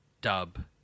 dub